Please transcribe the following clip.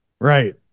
Right